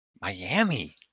Miami